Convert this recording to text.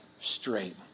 straight